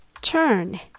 Turn